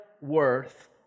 worth